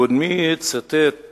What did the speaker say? קודמי ציטט